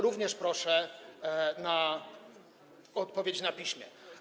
Również proszę o odpowiedź na piśmie.